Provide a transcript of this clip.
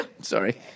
Sorry